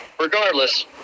regardless